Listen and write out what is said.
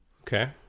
Okay